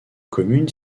commune